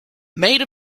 made